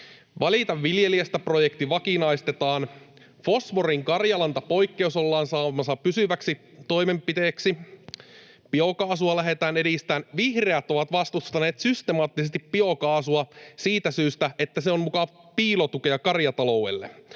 Välitä viljelijästä ‑projekti vakinaistetaan, fosforin karjalantapoikkeus ollaan saamassa pysyväksi toimenpiteeksi. Biokaasua lähdetään edistämään. Vihreät ovat vastustaneet systemaattisesti biokaasua siitä syystä, että se on muka piilotukea karjataloudelle.